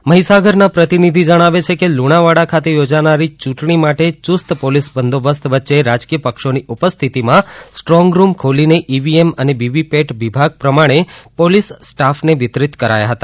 અમારા મહિસાગરના પ્રતિનિધિ જણાવે છે કે લુણાવાડા ખાતે યોજાનારી યુંટણી માટે યુસ્ત પોલીસ બંદોબસ્ત વચ્ચે રાજકીય પક્ષોની ઉપસ્થિતિમાં સ્ટ્રોંગ રૂમ ખોલીને ઇવીએમ અને વીવીપેટ વિભાગ પ્રમાણે પોલીસ સ્ટાફને વિતરીત કરાયાં હતા